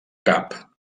cap